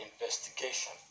investigation